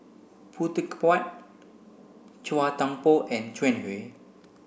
Khoo Teck Puat Chua Thian Poh and Jiang Hu